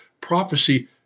Prophecy